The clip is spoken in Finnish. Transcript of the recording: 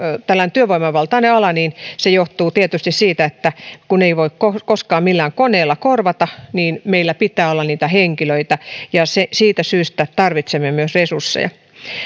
tällainen työvoimavaltainen ala niin se johtuu tietysti siitä että kun ei voi koskaan millään koneella korvata niin meillä pitää olla henkilöitä ja siitä syystä tarvitsemme myös resursseja